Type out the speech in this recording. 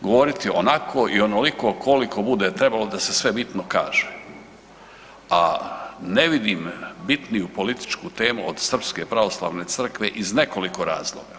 govoriti onako i onoliko koliko bude trebalo da se sve bitno kaže, a ne vidim bitniju političku temu od Srpske pravoslavne crkve iz nekoliko razloga.